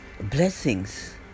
blessings